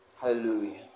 Hallelujah